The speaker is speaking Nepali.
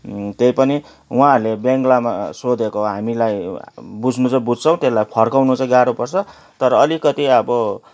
त्यही पनि उहाँहरूले बङ्गलामा सोधेको हामीलाई बुझनु त बुझ्छौँ त्यसलाई फर्काउन चाहिँ गाह्रो पर्छ तर अलिकति अब